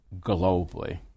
globally